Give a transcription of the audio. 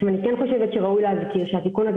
אני חושבת שראוי להזכיר שהתיקון הזה